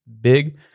big